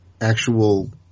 Actual